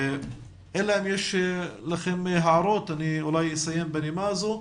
אם אין הערות, אני אסיים בנימה הזאת.